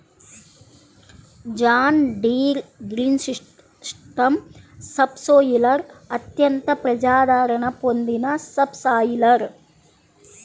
John Deere green system subsoiler అత్యంత ప్రజాదరణ పొందిన సబ్ సాయిలర్